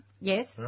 Yes